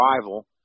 rival